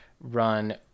run